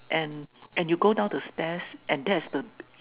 and and you go down the stairs and that's the